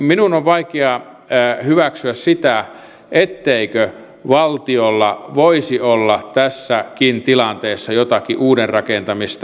minun on vaikea hyväksyä sitä etteikö valtiolla voisi olla tässäkin tilanteessa jotakin uuden rakentamista